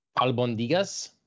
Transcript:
albondigas